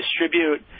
distribute